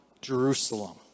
Jerusalem